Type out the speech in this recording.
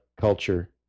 culture